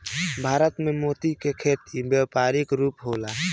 भारत में मोती के खेती व्यावसायिक रूप होला